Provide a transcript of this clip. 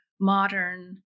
modern